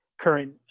current